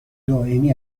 دائمی